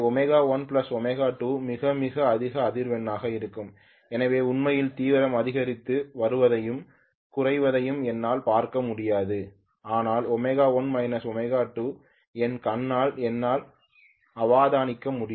எனவே ω1 ω2 மிக மிக அதிக அதிர்வெண்ணாக இருக்கும் எனவே உண்மையில் தீவிரம் அதிகரித்து வருவதையும் குறைவதையும் என்னால் பார்க்க முடியாது ஆனால் ω1 ω2 என் கண்ணால் என்னால் அவதானிக்க முடியும்